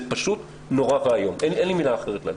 זה פשוט נורא ואיום, אין לי מילה אחרת להגיד.